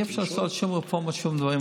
אי-אפשר לעשות שום רפורמה, שום דבר.